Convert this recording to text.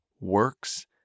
works